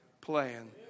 plan